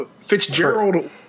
Fitzgerald